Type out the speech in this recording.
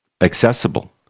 accessible